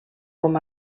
com